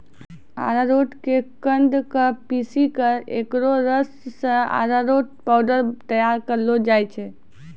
अरारोट के कंद क पीसी क एकरो रस सॅ अरारोट पाउडर तैयार करलो जाय छै